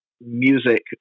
music